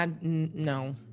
No